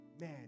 Man